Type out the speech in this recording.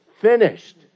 finished